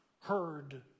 heard